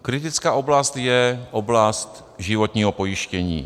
Kritická oblast je oblast životního pojištění.